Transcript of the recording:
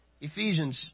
Ephesians